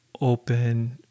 open